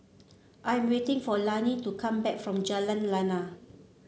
I am waiting for Lani to come back from Jalan Lana